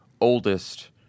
oldest